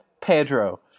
Pedro